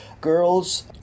girls